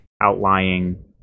outlying